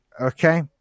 Okay